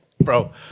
Bro